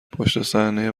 پشتصحنهی